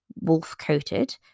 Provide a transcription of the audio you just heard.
wolf-coated